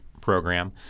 Program